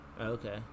Okay